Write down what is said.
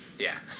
yeah.